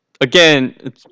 again